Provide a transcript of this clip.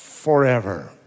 forever